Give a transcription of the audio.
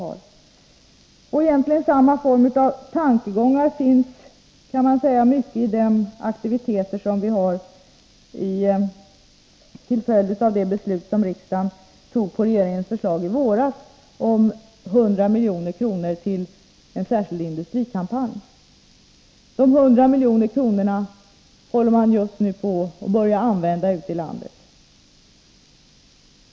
Man kan säga att mycket av dessa tankegångar finns i de aktiviteter vi har satt i gång till följd av det beslut som riksdagen fattade på regeringens förslag i våras om 100 milj.kr. till en särskild industrikampanj. Dessa 100 miljoner håller man just nu på att börja använda ute i landet.